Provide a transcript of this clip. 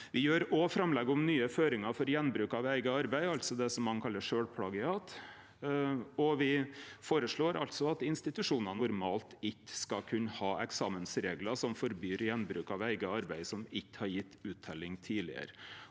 Me gjer òg framlegg om nye føringar for gjenbruk av eige arbeid, det ein kallar sjølvplagiat. Me føreslår at institusjonane normalt ikkje skal kunne ha eksamensreglar som forbyr gjenbruk av eige arbeid som ikkje har gjeve utteljing tidlegare.